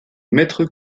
mètre